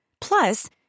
Plus